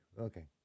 okay